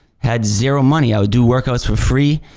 had zero money. i would do workouts for free.